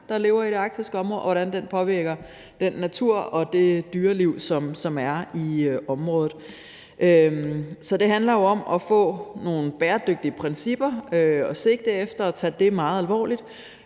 der lever i det arktiske område, og hvordan den påvirker den natur og det dyreliv, som er i området. Så det handler om at få nogle bæredygtige principper at sigte efter og tage det meget alvorligt.